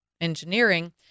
engineering